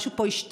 משהו פה השתבש,